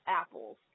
apples